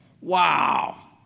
Wow